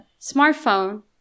smartphone